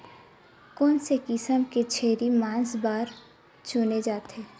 कोन से किसम के छेरी मांस बार चुने जाथे?